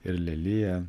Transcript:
ir lelija